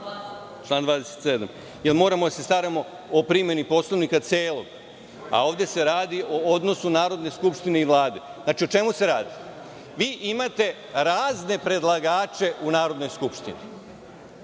članu 27, jer moramo da se staramo o primeni Poslovnika, a ovde se radi o odnosu Narodne skupštine i Vlade.O čemu se radi? Vi imate razne predlagače u Narodnoj skupštini.